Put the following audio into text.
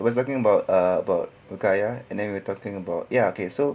I was talking about ah about ruqayyah and then we talking about ya okay so